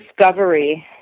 discovery